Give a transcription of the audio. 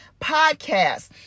podcast